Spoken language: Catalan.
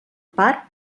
part